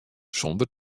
sûnder